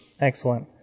Excellent